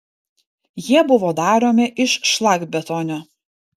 jie buvo daromi iš šlakbetonio